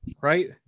right